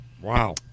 Wow